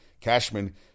Cashman